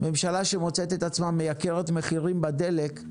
ממשלה שמוצאת את עצמה מייקרת מחירים בדלק,